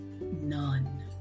none